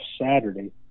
Saturday